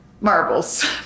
marbles